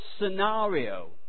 scenario